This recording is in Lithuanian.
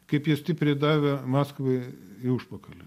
kaip jie stipriai davė maskvai į užpakalį